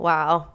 Wow